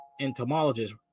entomologist